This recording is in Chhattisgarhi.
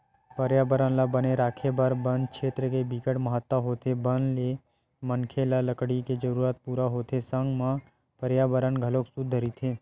परयाबरन ल बने राखे बर बन छेत्र के बिकट महत्ता होथे बन ले मनखे ल लकड़ी के जरूरत पूरा होथे संग म परयाबरन घलोक सुद्ध रहिथे